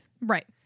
Right